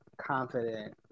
confident